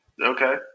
Okay